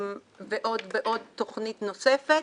ובעוד תכנית נוספת.